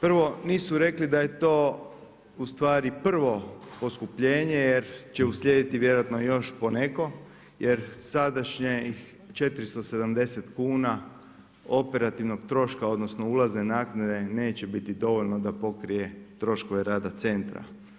Prvo, nisu rekli da je to ustvari prvo poskupljenje jer će uslijediti vjerojatno još poneko jer sadašnjih 470 kuna operativnog troška, odnosno ulazne naknade, neće biti dovoljno da pokrije troškove rada centra.